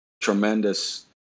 tremendous